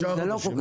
חמישה חודשים.